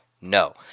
No